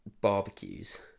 barbecues